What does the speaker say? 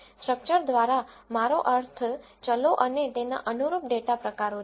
structure દ્વારા મારો અર્થ ચલો અને તેના અનુરૂપ ડેટા પ્રકારો છે